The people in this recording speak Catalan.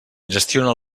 gestiona